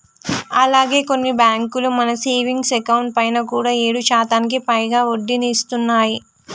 అలాగే కొన్ని బ్యాంకులు మన సేవింగ్స్ అకౌంట్ పైన కూడా ఏడు శాతానికి పైగా వడ్డీని ఇస్తున్నాయి